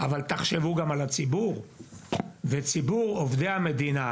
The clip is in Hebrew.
אבל תחשבו גם על הציבור ועל ציבור עובדי המדינה,